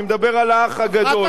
אני מדבר על "האח הגדול".